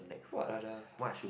what are the hub is